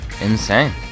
insane